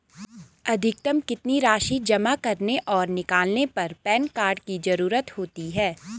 अधिकतम कितनी राशि जमा करने और निकालने पर पैन कार्ड की ज़रूरत होती है?